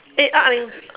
are are you